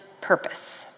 purpose